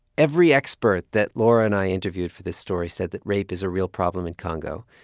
every expert that laura and i interviewed for this story said that rape is a real problem in congo.